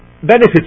benefits